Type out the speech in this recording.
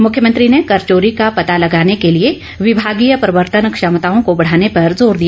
मुख्यमंत्री ने कर चोरी का पता लगाने के लिए विमागीय प्रवर्तन क्षमताओं को बढ़ाने पर जोर दिया